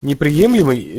неприемлемой